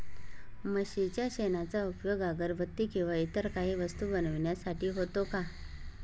म्हशीच्या शेणाचा उपयोग अगरबत्ती किंवा इतर काही वस्तू बनविण्यासाठी होतो का?